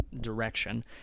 direction